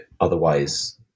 otherwise